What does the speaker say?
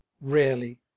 rarely